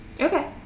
Okay